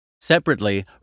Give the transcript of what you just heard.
Separately